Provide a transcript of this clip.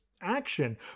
action